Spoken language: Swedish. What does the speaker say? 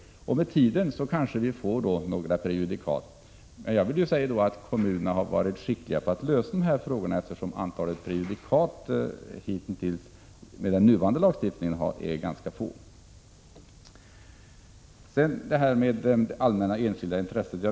Med tiden får vi kanske några prejudikat, men jag vill också säga att kommunerna har varit skickliga på att 67 lösa dessa frågor, eftersom antalet prejudikat för närvarande, med den nuvarande lagstiftningen, är ganska få. Sedan till frågan om allmänna och enskilda intressen.